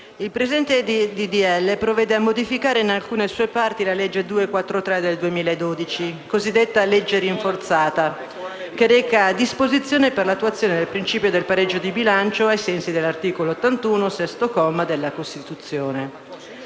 di legge provvede a modificare, in alcune sue parti, la legge n. 243 del 2012, cosiddetta "legge rinforzata", che reca «Disposizioni per l'attuazione dei principio del pareggio di bilancio ai sensi dell'articolo 81, sesto comma, della Costituzione».